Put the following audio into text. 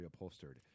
reupholstered